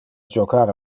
jocar